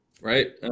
right